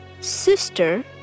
Sister